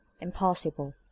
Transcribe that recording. impossible